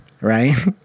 right